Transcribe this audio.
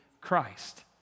Christ